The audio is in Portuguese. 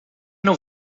não